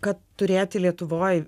kad turėti lietuvoj